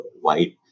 white